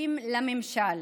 שותפים לממשל".